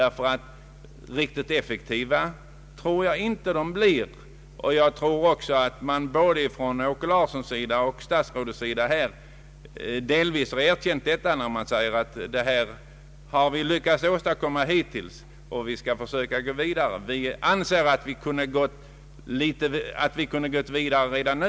Riktigt effektiv tror jag inte att den här lagstiftningen blir, och både herr åke Larsson och statsrådet har delvis erkänt detta, när de sagt att det föreliggande förslaget är vad man lyckats åstadkomma hittills och att man skall gå vidare. Vi anser att man borde ha kunnat gå vidare redan nu.